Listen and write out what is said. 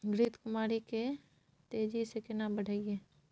घृत कुमारी के तेजी से केना बढईये?